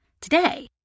Today